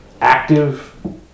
active